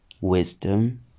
Wisdom